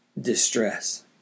distress